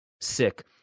sick